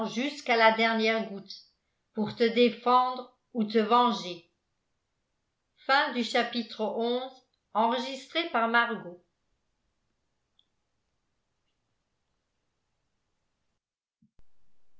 jusqu'à la dernière goutte pour te défendre ou te venger